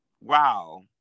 Wow